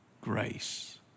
grace